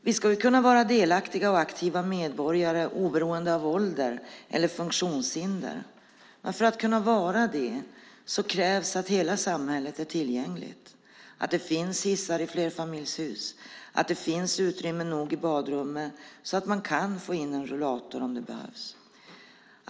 Vi ska kunna vara delaktiga och aktiva medborgare oberoende av ålder eller funktionshinder. Men om vi ska kunna vara det krävs att hela samhället är tillgängligt - att det finns hissar i flerfamiljshus och att det finns utrymme nog i badrummen så att man kan få in en rullator om det behövs.